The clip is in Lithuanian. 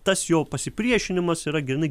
tas jo pasipriešinimas yra grynai